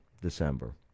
December